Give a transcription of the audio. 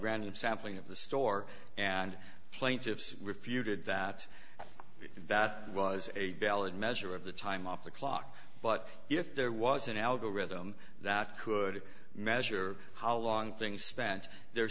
random sampling of the store and plaintiffs refuted that that was a ballot measure of the time off the clock but if there was an algorithm that could measure how long things spent the